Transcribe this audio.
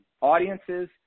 audiences